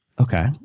okay